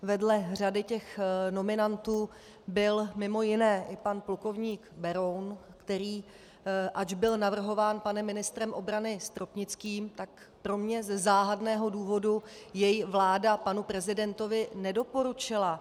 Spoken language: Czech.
Vedle řady nominantů byl mimo jiné i pan plukovník Beroun, který, ač byl navrhován panem ministrem obrany Stropnickým, tak pro mě ze záhadného důvodu jej vláda panu prezidentovi nedoporučila.